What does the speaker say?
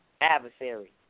adversary